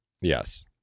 Yes